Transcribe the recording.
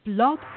Blog